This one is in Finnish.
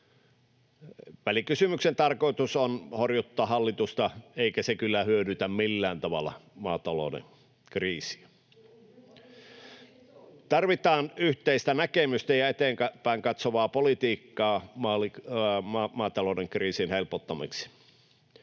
Välikysymyksen tarkoitus on horjuttaa hallitusta, eikä se kyllä hyödytä millään tavalla maatalouden kriisiä. [Sari Tanuksen välihuuto — Sari Essayahin välihuuto] Tarvitaan yhteistä näkemystä ja eteenpäin katsovaa politiikkaa maatalouden kriisin helpottamiseksi.